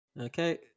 Okay